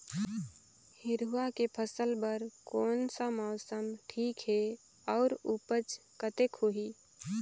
हिरवा के फसल बर कोन सा मौसम हवे ठीक हे अउर ऊपज कतेक होही?